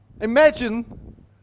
Imagine